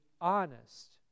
honest